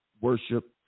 worship